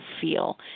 feel